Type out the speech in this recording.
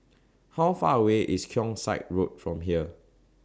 How Far away IS Keong Saik Road from here